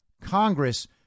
Congress